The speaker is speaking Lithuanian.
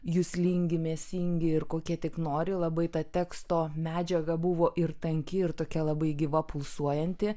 juslingi mėsingi ir kokie tik nori labai tą teksto medžiaga buvo ir tanki ir tokia labai gyva pulsuojanti